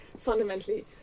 fundamentally